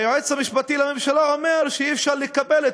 היועץ המשפטי לממשלה אומר שאי-אפשר לקבל את